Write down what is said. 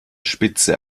spitze